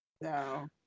No